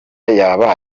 yaba